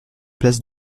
place